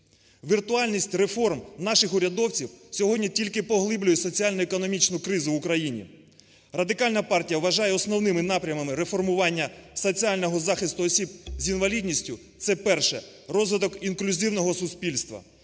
Віртуальність реформ наших урядовців сьогодні тільки поглиблює соціально-економічну кризу в Україні. Радикальна партія вважає основними напрямами реформування соціального захисту осіб з інвалідністю, це перше, розвиток інклюзивного суспільства.